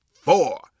four